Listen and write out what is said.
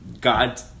God